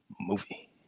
movie